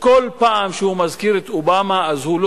וכל פעם שהוא מזכיר את אובמה הוא לא